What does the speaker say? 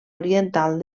oriental